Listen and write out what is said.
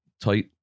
tight